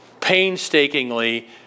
painstakingly